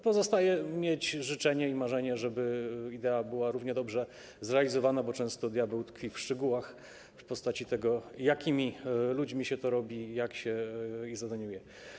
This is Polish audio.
Pozostaje mieć życzenie i marzenie, żeby idea była równie dobrze zrealizowana, bo często diabeł tkwi w szczegółach w postaci tego, z jakimi ludźmi się to robi, jak się ich zadaniuje.